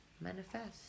manifest